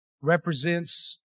represents